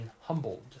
humbled